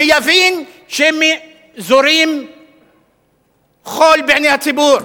שיבין שהם זורים חול בעיני הציבור,